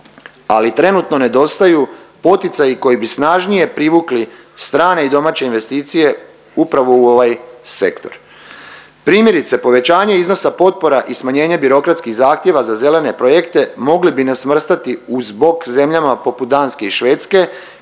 ali trenutno nedostaju poticaji koji bi snažnije privukli strane i domaće investicije upravo u ovaj sektor. Primjerice povećanje iznosa potpora i smanjenje birokratskih zahtjeva za zelene projekte mogli bi nas svrstati uz bok zemljama poput Danske i Švedske